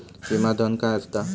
विमा धन काय असता?